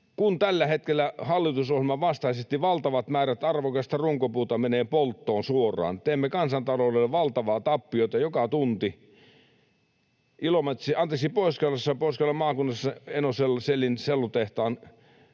tällä hetkellä hallitusohjelman vastaisesti valtavat määrät arvokasta runkopuuta menee polttoon suoraan, teemme kansantaloudelle valtavaa tappiota joka tunti. Pohjois-Karjalan maakunnassa Enocellin sellutehtaan